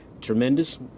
tremendous